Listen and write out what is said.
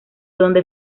donde